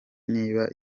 niba